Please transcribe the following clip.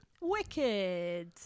Wicked